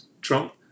Trump